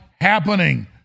happening